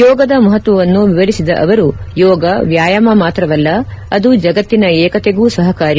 ಯೋಗದ ಮಹತ್ವವನ್ನು ವಿವರಿಸಿದ ಅವರು ಯೋಗ ವ್ಯಾಯಾಮ ಮಾತ್ರವಲ್ಲ ಅದು ಜಗತ್ತಿನ ಏಕತೆಗೂ ಸಹಕಾರಿ